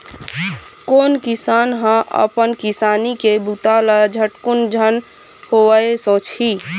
कोन किसान ह अपन किसानी के बूता ल झटकुन झन होवय सोचही